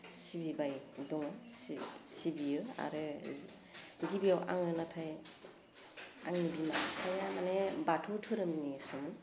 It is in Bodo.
सिबिबाइ दं सिबियो आरो गिबिआव आङो नाथाय आंनि बिमा बिफाया माने बाथौ धोरोमनिसोमोन